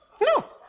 No